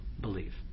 believe